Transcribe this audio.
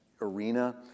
arena